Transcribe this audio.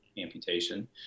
amputation